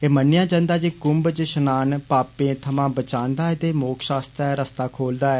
एह् मन्नेआ जंदाऐ जे कुम्भ च स्नाना पाएं थमां बचांदा ऐ ते मोक्ष आस्तै रस्ता खोलदा ऐ